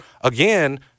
again